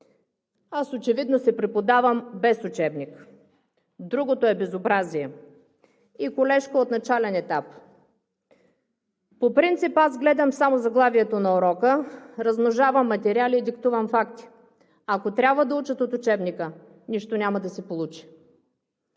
„Аз очевидно си преподавам без учебник. Другото е безобразие.“ И колежка от начален етап: „По принцип аз гледам само заглавието на урока, размножавам материали и диктувам факти, ако трябва да учат от учебника, нищо няма да се получи.“